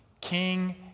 king